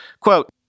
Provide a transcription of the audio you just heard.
Quote